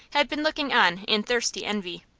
had been looking on in thirsty envy.